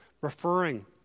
referring